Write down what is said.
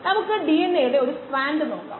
നമുക്ക് offline അളവുകൾ നോക്കാം